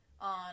on